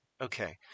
Okay